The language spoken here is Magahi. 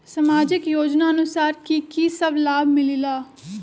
समाजिक योजनानुसार कि कि सब लाब मिलीला?